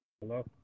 Hello